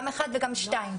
גם (1) וגם (2).